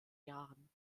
jahren